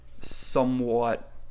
somewhat